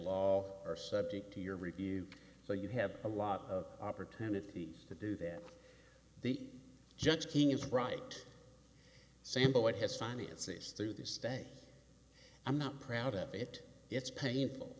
law are subject to your review so you have a lot of opportunities to do that the judge king is right sample what his finances through the state i'm not proud of it it's painful